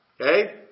Okay